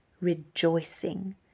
rejoicing